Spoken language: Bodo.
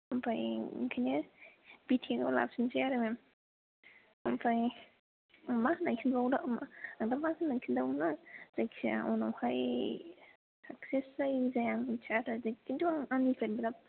ओमफ्राय ओंखायनो भी टेकआव लाफिनसै आरो मेम ओमफ्राय आं मा होननानै खोनथाबावनो आं मा होनना खोनथाबावनो जायखिया उनावहाय साकसेस जायो जाया आं मोनथिया आरो खिनथु आंनिफ्राय बिराथ